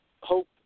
hope